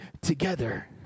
together